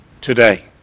today